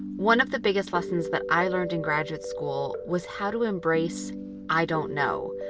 one of the biggest lessons that i learned in graduate school was how to embrace i don't know.